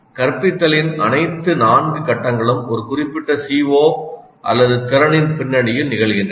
கற்பித்தலின் அனைத்து 4 கட்டங்களும் ஒரு குறிப்பிட்ட CO திறனின் பின்னணியில் நிகழ்கின்றன